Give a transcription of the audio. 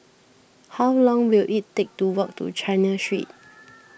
how long will it take to walk to China Street